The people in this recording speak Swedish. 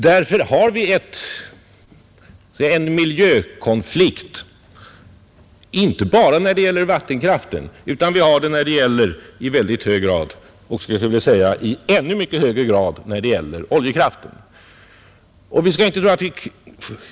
Därför har vi en miljökonflikt inte bara när det gäller vattenkraften utan även i mycket hög grad — jag skulle vilja säga i ännu mycket högre grad — när det gäller oljekraften.